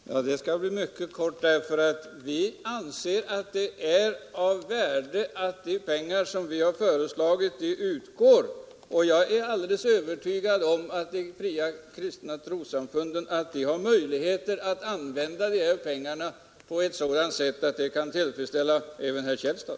Herr talman! Det skall bli ett mycket kort genmäle. Vi anser att det är av värde att det anslag som vi har föreslagit utgår. Jag är alldeles övertygad om att de fria kristna trossamfunden har möjligheter att använda pengarna på sådant sätt att det kan tillfredsställa även herr Källstad.